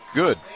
good